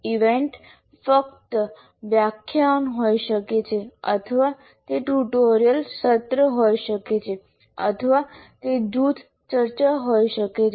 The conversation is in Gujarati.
ઇવેન્ટ્સ ફક્ત વ્યાખ્યાન હોઈ શકે છે અથવા તે ટ્યુટોરીયલ સત્ર હોઈ શકે છે અથવા તે જૂથ ચર્ચા હોઈ શકે છે